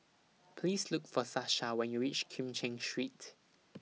Please Look For Sasha when YOU REACH Kim Cheng Street